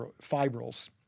fibrils